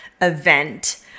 event